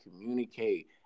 communicate